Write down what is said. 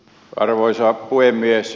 arvoisa puhemies